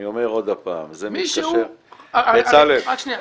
אני אומר עוד פעם --- רק שנייה,